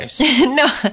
No